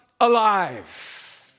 alive